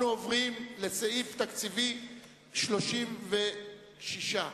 אנחנו עוברים לסעיף תקציבי מס' 36,